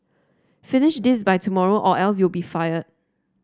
finish this by tomorrow or else you'll be fired